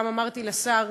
גם אמרתי לשר.